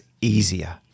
easier